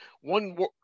one